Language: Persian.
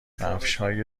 کفشهای